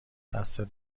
دستت